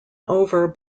over